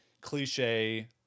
cliche